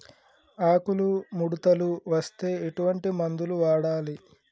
ఆకులు ముడతలు వస్తే ఎటువంటి మందులు వాడాలి?